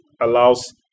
allows